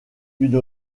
une